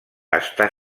està